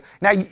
now